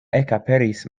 ekaperis